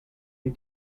you